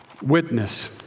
witness